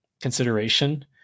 consideration